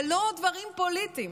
זה לא דברים פוליטיים.